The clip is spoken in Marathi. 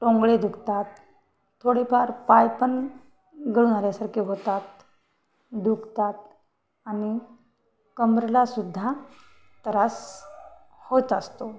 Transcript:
टोंगळे दुखतात थोडेफार पाय पण गळून आल्यासारखे होतात दुखतात आणि कमरेलासुद्धा त्रास होत असतो